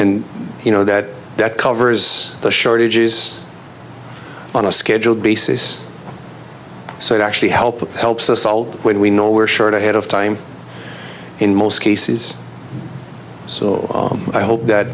and you know that that covers the shortages on a scheduled basis so it actually help helps us all when we know we're short ahead of time in most cases so i hope that